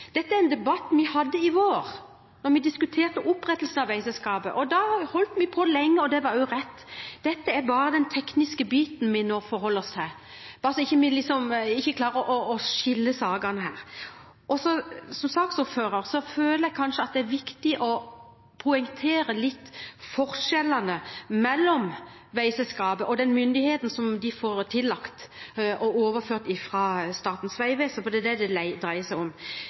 dette skal jo nettopp ikke være en debatt om for eller imot veiselskapet – om for eller imot. Det er debatten vi hadde i fjor vår, da vi diskuterte opprettelsen av veiselskapet. Da holdt vi på lenge, og det var rett. Nå er det bare den tekniske biten vi forholder oss til – bare så vi klarer å skille sakene her. Som saksordfører føler jeg kanskje at det er viktig å poengtere litt forskjellene mellom veiselskapet og den myndigheten som de får seg tillagt og får overført fra Statens vegvesen, for det er det dreier seg